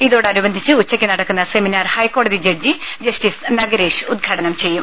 ഇതോടനുബന്ധിച്ച് ഉച്ചക്ക് നടക്കുന്ന സെമിനാർ ഹൈക്കോടതി ജഡ്ജി ജസ്റ്റീസ് നഗരേഷ് ഉദ്ഘാടനം ചെയ്യും